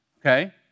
okay